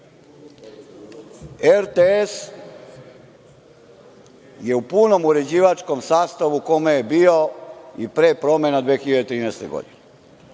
je u punom uređivačkom sastavu u kojem je bio i pre promena 2013. godine,